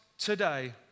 today